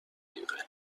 دقیقه